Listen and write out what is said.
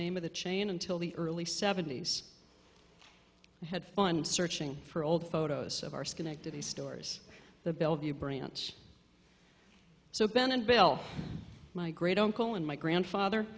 name of the chain until the early seventy's had fun searching for old photos of our schenectady stores the bellevue branch so ben and bill my great uncle and my grandfather